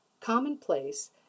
commonplace